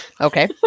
Okay